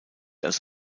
als